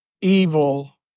evil